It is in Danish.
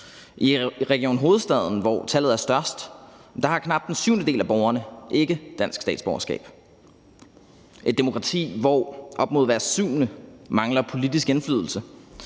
I Region Hovedstaden, hvor tallet er størst, har knap en syvendedel af borgerne ikke dansk statsborgerskab. Et demokrati, hvor knap hver syvende mangler politisk indflydelse,